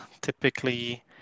typically